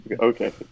Okay